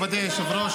מכובדי היושב-ראש,